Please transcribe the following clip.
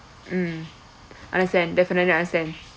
mm understand definitely understand